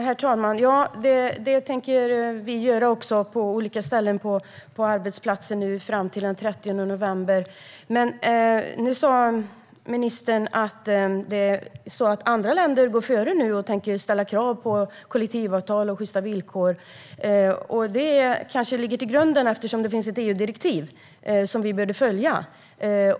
Herr talman! Ja, det tänker vi också göra på olika ställen och på arbetsplatser fram till den 30 november. Nu sa ministern att andra länder går före och tänker ställa krav på kollektivavtal och på sjysta villkor. Det kanske är grunden, eftersom det finns ett EU-direktiv som vi behöver följa.